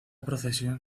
procesión